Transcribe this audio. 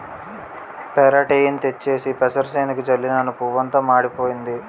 పెరాటేయిన్ తెచ్చేసి పెసరసేనుకి జల్లినను పువ్వంతా మాడిపోయింది